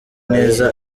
neza